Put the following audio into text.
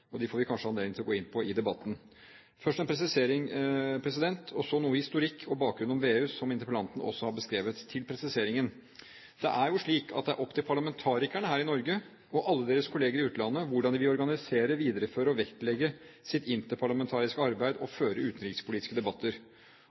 og de får vi kanskje anledning til å gå inn på i debatten. Først en presisering og så noe historikk og bakgrunn om VEU, som interpellanten også har beskrevet. Til presiseringen: Det er jo slik at det er opp til parlamentarikerne her i Norge og alle deres kolleger i utlandet hvordan de vil organisere, videreføre og vektlegge sitt interparlamentariske arbeid og føre utenrikspolitiske debatter.